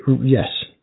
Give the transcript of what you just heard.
Yes